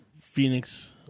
Phoenix-